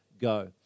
go